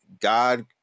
God